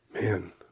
Man